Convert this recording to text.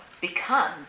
become